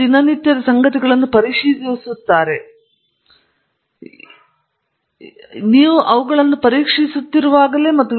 ಜನರು ದಿನನಿತ್ಯದ ಸಂಗತಿಗಳನ್ನು ಪರಿಶೀಲಿಸುತ್ತಿದ್ದಾರೆ ಏಕೆಂದರೆ ಜನರು ಈ ವಿಷಯಗಳನ್ನು ಪರಿಶೀಲಿಸುವುದಕ್ಕೆ ಮುಂಚೆಯೇ ಹೇಳಿದ್ದಾರೆ ನೀವು ಅವುಗಳನ್ನು ಪರೀಕ್ಷಿಸುತ್ತಿರುವಾಗಲೇ